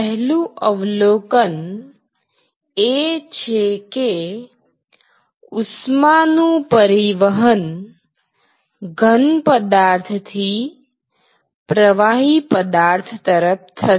પહેલું અવલોકન એ છે કે ઉષ્માનું પરિવહન ઘન પદાર્થ થી પ્રવાહી પદાર્થ તરફ થશે